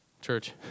Church